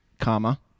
Comma